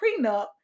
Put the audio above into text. prenup